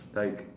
like